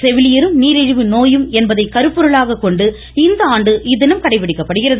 செவிலியரும் நீரிழிவு நோயும் என்பதை கருப்பொருளாக கொண்டு இந்த ஆண்டு இத்தினம் கடைபிடிக்கப்படுகிறது